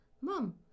Mom